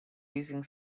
using